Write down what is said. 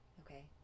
Okay